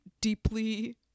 deeply